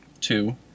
two